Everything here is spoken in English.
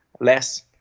less